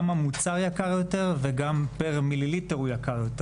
המוצר יקר יותר וגם פר-מיליליטר הוא יקר יותר.